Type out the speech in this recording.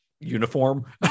uniform